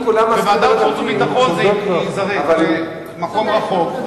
בוועדת החוץ והביטחון זה ייזרק למקום רחוק.